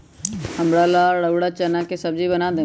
हमरा ला रउरा चना के सब्जि बना देम